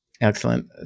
Excellent